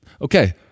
Okay